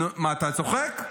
מה, אתה צוחק?